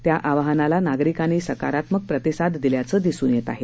त्या आवाहानाला नागरिकांनी सकारात्मक प्रतिसाद दिल्याचं दिसून येत आहे